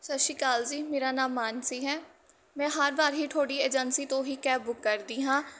ਸਤਿ ਸ਼੍ਰੀ ਅਕਾਲ ਜੀ ਮੇਰਾ ਨਾਮ ਮਾਨਸੀ ਹੈ ਮੈਂ ਹਰ ਵਾਰ ਹੀ ਤੁਹਾਡੀ ਏਜੰਸੀ ਤੋਂ ਹੀ ਕੈਬ ਬੁੱਕ ਕਰਦੀ ਹਾਂ